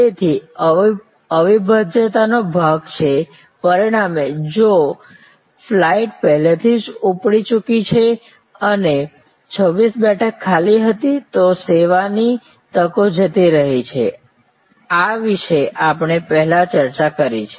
તેથી આ અવિભાજયતા નો ભાગ છે પરિણામે જો ફ્લાઇટ પહેલેથી જ ઉપડી ચૂકી છે અને 26 બેઠક ખાલી હતી તો સેવાની તકો જતી રહી છે આ વિશે આપણે પહેલાં ચર્ચા કરી છે